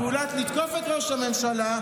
זולת לתקוף את ראש הממשלה.